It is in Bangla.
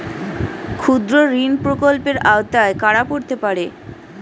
ক্ষুদ্রঋণ প্রকল্পের আওতায় কারা পড়তে পারে?